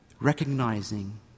Recognizing